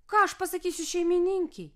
ką aš pasakysiu šeimininkei